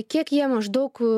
kiek jie maždaug